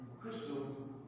Crystal